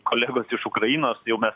kolegos iš ukrainos jau mes